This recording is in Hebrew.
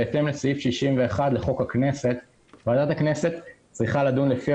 בהתאם לסעיף 61 לחוק הכנסת ועדת הכנסת צריכה לדון לפי